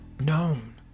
known